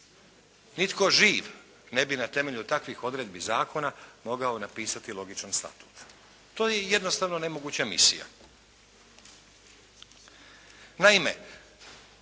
Nitko živ ne bi na temelju takvih odredbi zakona mogao napisati logičan statut. To je jednostavno nemoguća misija.